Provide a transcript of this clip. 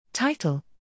Title